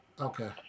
Okay